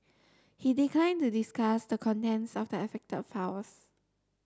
he declined to discuss the contents of the affected files